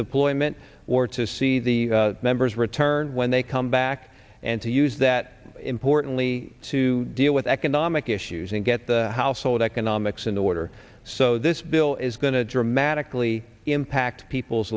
deployment or to see the members return when they come back and to use that importantly to deal with economic issues and get the household economics in the water so this bill is going to dramatically impact people's